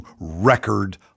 record